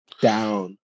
down